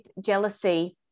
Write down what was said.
jealousy